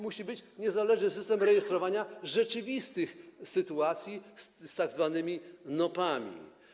Musi być niezależny system rejestrowania rzeczywistych sytuacji związanych z tzw. NOP-ami.